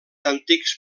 antics